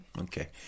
Okay